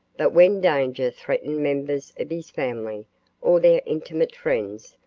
but when danger threatened members of his family or their intimate friends,